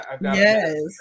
Yes